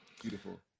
beautiful